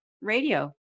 radio